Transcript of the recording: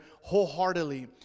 wholeheartedly